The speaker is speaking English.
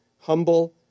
humble